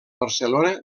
barcelona